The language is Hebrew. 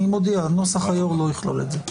אני מודיע שנוסח היו"ר לא יכלול את זה.